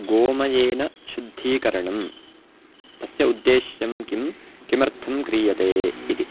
गोमयेन शुद्धीकरणं तस्य उद्देश्यं किं किमर्थं क्रियते इति